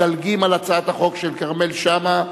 מדלגים על הצעת החוק של כרמל שאמה,